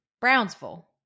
Brownsville